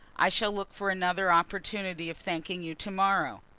i shall look for another opportunity of thanking you to-morrow.